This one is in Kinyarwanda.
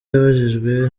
yabajijwe